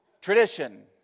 Tradition